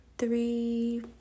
three